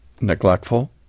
neglectful